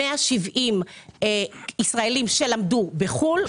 170 הם ישראלים שלמדו בחו"ל,